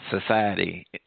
society